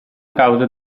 causa